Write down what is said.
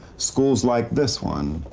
schools like this one,